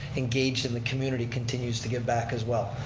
engaged in the community continues to give back as well.